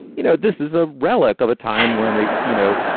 you know, this is a relic of a time when a you know,